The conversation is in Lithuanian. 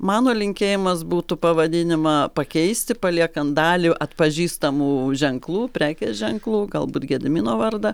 mano linkėjimas būtų pavadinimą pakeisti paliekant dalį atpažįstamų ženklų prekės ženklų galbūt gedimino vardą